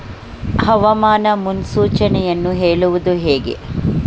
ಹವಾಮಾನ ಮುನ್ಸೂಚನೆಯನ್ನು ಹೇಳುವುದು ಹೇಗೆ?